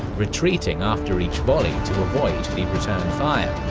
retreating after each volley to avoid the return and fire.